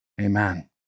amen